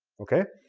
okay?